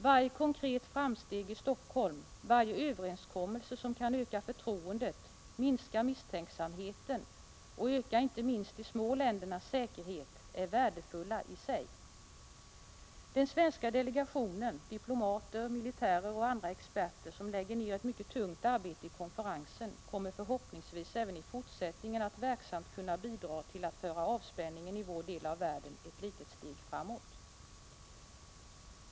Varje konkret framsteg i Helsingfors, varje överenskommelse som kan öka förtroendet, minska misstänksamheten och öka inte minst de små ländernas säkerhet är värdefulla i sig. Den svenska delegationen diplomater, militärer och andra experter som lägger ned ett mycket tungt arbete i konferensen kommer förhoppningsvis även i fortsättningen att verksamt kunna bidra till att föra avspänningen i vår del av världen ett litet steg framåt.